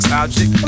object